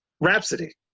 Rhapsody